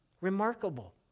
Remarkable